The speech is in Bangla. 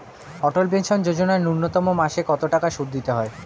অটল পেনশন যোজনা ন্যূনতম মাসে কত টাকা সুধ দিতে হয়?